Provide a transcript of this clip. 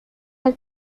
are